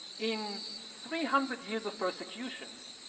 in three hundred years of persecutions,